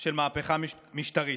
של מהפכה משטרית.